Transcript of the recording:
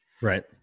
Right